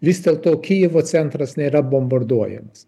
vis dėlto kyjivo centras nėra bombarduojamas